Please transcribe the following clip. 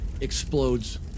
explodes